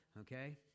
Okay